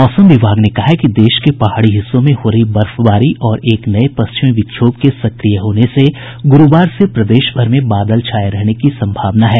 मौसम विभाग ने कहा है कि देश के पहाड़ी हिस्सों में हो रही बर्फबारी और एक नये पश्चिमी विक्षोभ के सक्रिय होने से गुरूवार से प्रदेशभर में बादल छाये रहने की सम्भावना है